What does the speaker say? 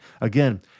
Again